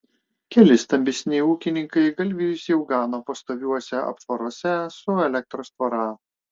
keli stambesni ūkininkai galvijus jau gano pastoviuose aptvaruose su elektros tvora